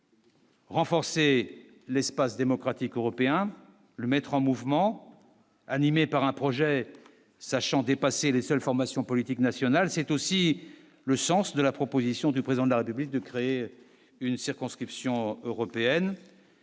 Renforcer l'espace démocratique européen, le mettre en mouvement animé par un projet sachant dépasser les seules formations politiques nationales, c'est aussi le sens de la proposition du président de la République de créer une circonscription européenne.